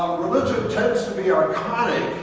religion tends to be archonic,